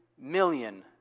million